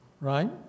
Right